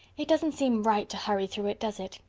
it doesn't seem right to hurry through it, does it?